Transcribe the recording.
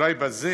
ואולי בזה